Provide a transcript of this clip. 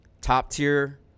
top-tier